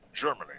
Germany